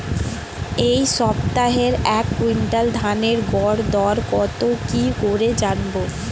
এই সপ্তাহের এক কুইন্টাল ধানের গর দর কত কি করে জানবো?